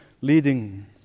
leading